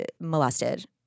molested